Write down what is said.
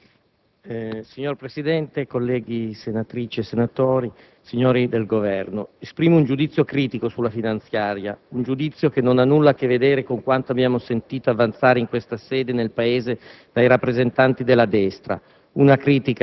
Signor Presidente, colleghe senatrici e colleghi senatori, signori rappresentanti del Governo, esprimo un giudizio critico sulla finanziaria, un giudizio che non ha nulla a che vedere con quanto abbiamo sentito avanzare in questa sede e nel Paese dai rappresentanti della destra;